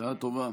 (חותם על ההצהרה) בשעה טובה.